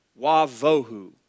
wavohu